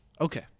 Okay